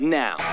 now